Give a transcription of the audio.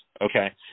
okay